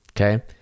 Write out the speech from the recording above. Okay